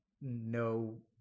no